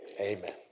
Amen